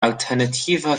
alternativer